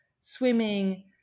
swimming